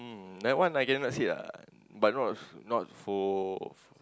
um that one I cannot say ah but not not for